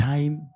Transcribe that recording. Time